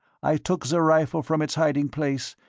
i took the rifle from its hiding-place,